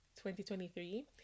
2023